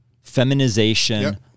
feminization